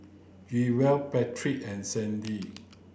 Jewell Patrick and Sandy